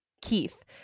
Keith